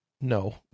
no